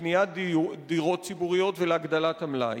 לקניית דירות ציבוריות ולהגדלת המלאי?